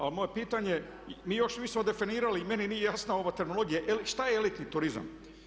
A moje pitanje, mi još nismo definirali i meni nije jasna ova terminologija, šta je elitni turizam?